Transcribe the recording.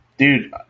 Dude